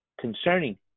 concerning